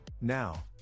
Now